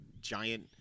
giant